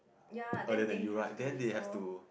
ya then they have to be so